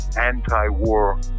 anti-war